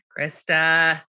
Krista